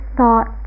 thought